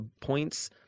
points